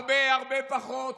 הרבה הרבה פחות.